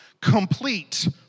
Complete